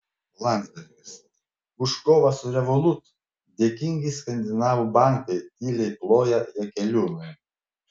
landsbergis už kovą su revolut dėkingi skandinavų bankai tyliai ploja jakeliūnui